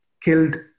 killed